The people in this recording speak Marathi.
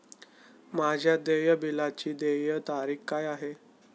माझ्या देय बिलाची देय तारीख काय आहे?